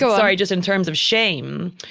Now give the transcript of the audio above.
so sorry. just in terms of shame.